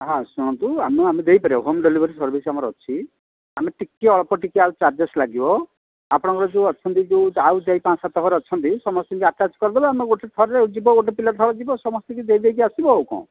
ହଁ ଶୁଣନ୍ତୁ ଆମ ଆମେ ଦେଇ ପାରିବା ହୋମ୍ ଡେଲିଭରି ସର୍ଭିସ୍ ଆମର ଅଛି ଆମେ ଟିକିଏ ଅଳ୍ପ ଟିକିଏ ଆଉ ଚାର୍ଜେସ୍ ଲାଗିବ ଆପଣଙ୍କର ଯେଉଁ ଅଛନ୍ତି ଯେଉଁ ଆଉ ଚାରି ପାଞ୍ଚ ସାତ ଘର ଅଛନ୍ତି ସମସ୍ତଙ୍କୁ ଆଟାଚ୍ କରିଦେବା ଆମର ଗୋଟେ ଥରରେ ଯିବ ଗୋଟେ ପିଲା ଥରେ ଯିବ ସମସ୍ତଙ୍କୁ ଦେଇ ଦେଇକି ଆସିବ ଆଉ କ'ଣ